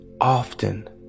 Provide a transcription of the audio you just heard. often